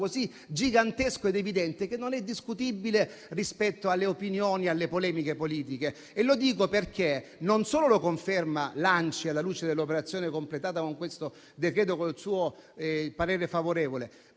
così gigantesco ed evidente che non è discutibile rispetto alle opinioni e alle polemiche politiche. Lo dico perché non solo lo conferma l'ANCI, alla luce dell'operazione completata con questo decreto, con il suo parere favorevole,